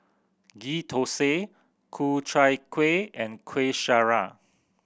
Ghee Thosai Ku Chai Kueh and Kueh Syara